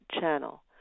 channel